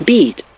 Beat